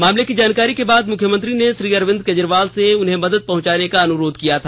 मामले की जानकारी के बाद मुख्यमंत्री ने श्री अरविंद केजरीवाल से इन्हें मदद पहुंचाने का अनुरोध किया था